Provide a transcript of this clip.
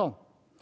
en